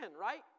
right